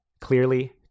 clearly